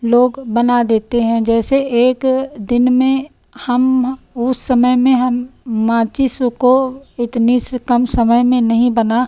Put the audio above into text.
लोग बना देते हैं जैसे एक दिन में हम उस समय में हम माचिस को इतने कम समय में नहीं बना